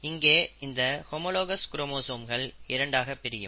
இங்கே இந்த ஹோமோலாகஸ் குரோமோசோம்கள் இரண்டாக பிரியும்